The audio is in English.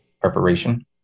preparation